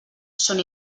són